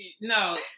no